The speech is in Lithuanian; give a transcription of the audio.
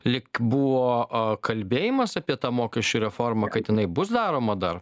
lyg buvo kalbėjimas apie tą mokesčių reformą kad jinai bus daroma dabar